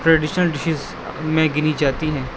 traditional dishes میں گنی جاتی ہیں